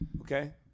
Okay